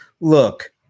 look